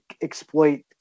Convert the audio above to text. exploit